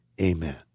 amen